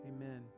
Amen